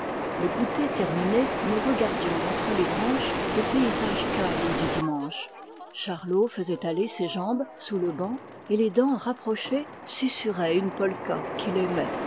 le goûter terminé nous regardions entre les branches le paysage calme du dimanche charlot faisait aller ses jambes sous le banc et les dents rapprochées susurrait une polka qu'il aimait